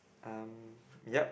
um yup